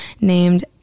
named